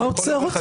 מה עוצר אותך?